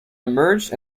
emerged